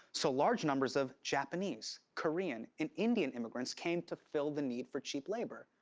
so large numbers of japanese, korean, and indian immigrants came to fill the need for cheap labor.